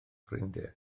ffrindiau